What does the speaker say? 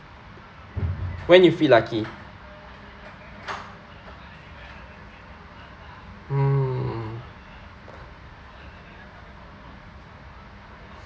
when you feel lucky mm